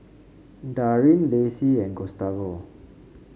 Darrin Lacie and Gustavo